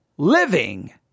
living